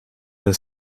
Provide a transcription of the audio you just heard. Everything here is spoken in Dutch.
een